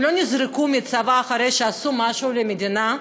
לא נזרקו מהצבא אחרי שעשו משהו בשביל המדינה,